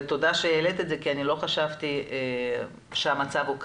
ותודה שהעלית את זה כי לא חשבתי שהמצב הוא כזה.